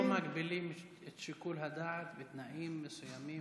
לא מגבילים את שיקול הדעת בתנאים מסוימים.